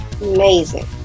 Amazing